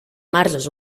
marges